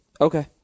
Okay